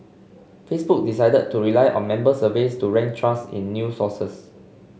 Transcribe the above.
Facebook decided to rely on member surveys to rank trust in new sources